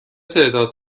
تعداد